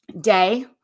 day